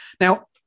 Now